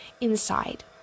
inside